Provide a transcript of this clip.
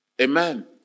amen